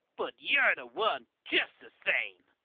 but you're the one just the same.